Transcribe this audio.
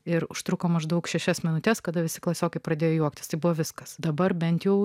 ir užtruko maždaug šešias minutes kada visi klasiokai pradėjo juoktis tai buvo viskas dabar bent jau